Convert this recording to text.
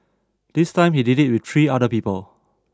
this time he did it with three other people